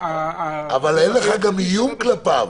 אבל אין לך גם איום כלפיו,